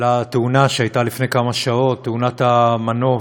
לתאונה שהייתה לפני כמה שעות, תאונת המנוף,